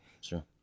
Sure